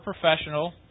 professional